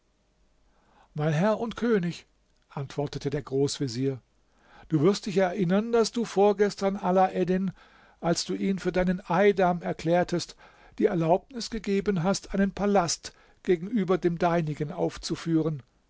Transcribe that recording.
mein herr und könig antwortete der großvezier du wirst dich erinneren daß du vorgestern alaeddin als du ihn für deinem eidam erklärtest die erlaubnis gegeben hast einen palast gegenüber dem deinigen aufzuführen